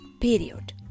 Period